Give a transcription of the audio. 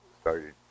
started